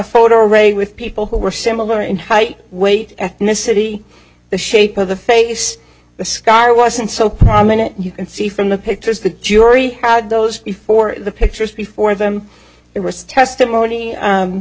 photo array with people who were similar in height weight ethnicity the shape of the face the scar wasn't so prominent you can see from the pictures the jury had those before the pictures before them it was testimony